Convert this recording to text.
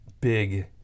big